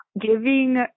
giving